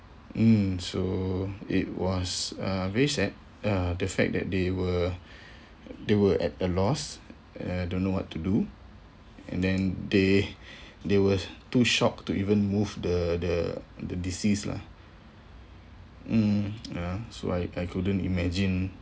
mm so it was uh very sad uh the fact that they were they were at a loss uh don't know what to do and then they they were too shocked to even move the the the deceased lah mm ya so I I couldn't imagine